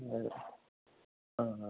അതെ ആ ആ